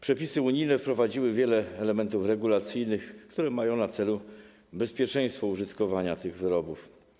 Przepisy unijne wprowadziły wiele elementów regulacyjnych, które mają na celu bezpieczeństwo użytkowania tych wyrobów.